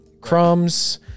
crumbs